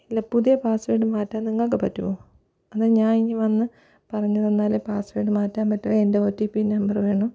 ഇല്ല പുതിയ പാസ്സ്വേർഡ് മാറ്റാൻ നിങ്ങൾക്കു പറ്റുമോ അതാ ഞാൻ ഇനി വന്നു പറഞ്ഞു തന്നാൽ പാസ്സ്വേർഡ് മാറ്റാൻ പറ്റു എൻ്റെ ഒ ട്ടി പി നമ്പർ വേണോ